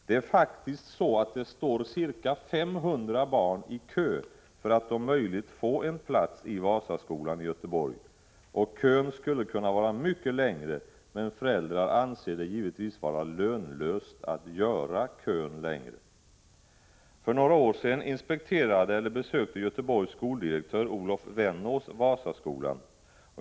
Det står faktiskt ca 500 barn i kö för att om möjligt få en plats i Vasaskolan i Göteborg, och kön skulle kunna vara mycket längre, men föräldrar anser det givetvis vara lönlöst att göra kön längre. För några år sedan inspekterade eller besökte Göteborgs skoldirektör Olof Vennås Vasaskolan.